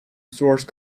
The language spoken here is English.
source